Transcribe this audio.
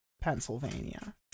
Pennsylvania